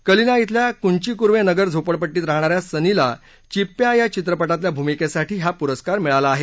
कलीना धिल्या कुंची कुरवेनगर झोपडपट्टीत राहणाऱ्या सनीला विप्प्या या चित्रपटातल्या भूमिकेसाठी हा पुरस्कार मिळाला आहे